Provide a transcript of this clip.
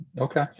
okay